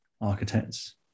architects